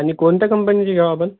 आणि कोणत्या कंपनीची घ्यावं आपण